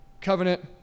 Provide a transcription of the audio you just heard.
covenant